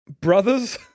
brothers